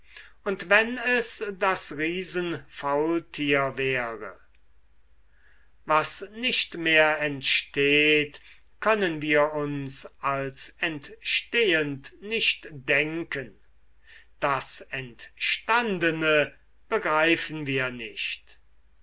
und wenn es das riesenfaultier wäre was nicht mehr entsteht können wir uns als entstehend nicht denken das entstandene begreifen wir nicht